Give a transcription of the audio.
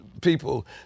people